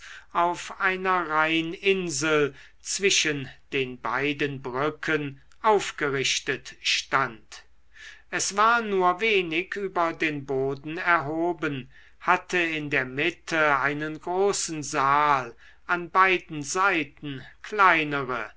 auf einer rheininsel zwischen den beiden brücken aufgerichtet stand es war nur wenig über den boden erhoben hatte in der mitte einen großen saal an beiden seiten kleinere